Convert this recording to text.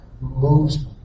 Moves